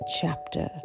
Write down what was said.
chapter